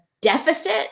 deficit